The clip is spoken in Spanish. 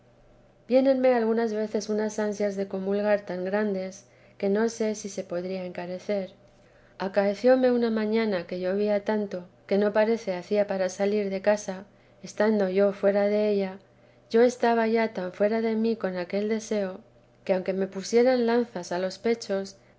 sobrenatural viénenme algunas veces unas ansias de comulgar tan grandes que no sé si podría encarecer acaecióme una mañana que llovía tanto que no me parece hacía para salir de casa estando yo fuera della yo estaba ya tan fuera de mí con aquel deseo que aunque me pusieran lanzas a los pechos